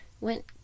Went